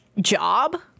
job